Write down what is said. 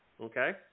Okay